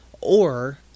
or-